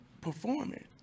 performing